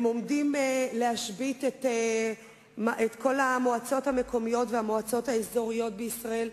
הם עומדים להשבית את כל המועצות המקומיות והמועצות האזוריות בישראל,